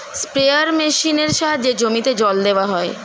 sprayer মেশিনের সাহায্যে জমিতে জল দেওয়া হয়